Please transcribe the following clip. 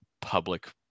public